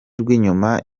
rw’inyuma